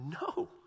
no